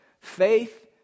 Faith